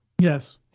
Yes